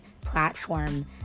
platform